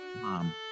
mom